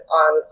on